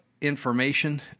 information